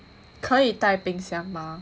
可以带冰箱吗